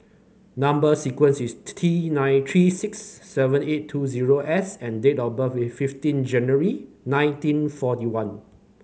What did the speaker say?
number sequence is T nine three six seven eight two zero S and date of birth is fifteen January nineteen forty one